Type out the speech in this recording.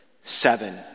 Seven